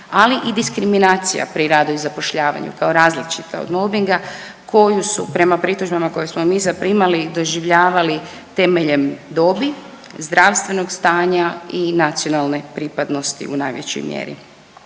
ali i diskriminacija pri radu i zapošljavanju kao različita od mobinga koju su prema pritužbama koje smo mi zaprimali doživljavali temeljem dobi, zdravstvenog stanja i nacionalne pripadnosti u najvećoj mjeri.